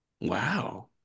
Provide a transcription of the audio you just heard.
wow